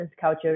culture